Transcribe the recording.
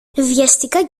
βιαστικά